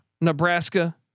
Nebraska